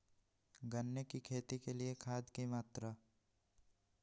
गन्ने की खेती के लिए खाद की मात्रा?